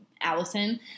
Allison